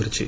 କରିଛି